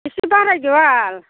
एसे बारायदो बाल